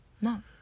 No